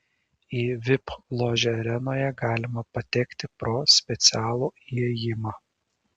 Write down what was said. į vip ložę arenoje galima patekti pro specialų įėjimą